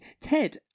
Ted